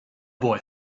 boy